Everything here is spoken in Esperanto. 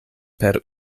per